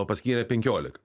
o paskyrė penkiolika